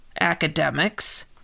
academics